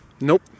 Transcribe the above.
nope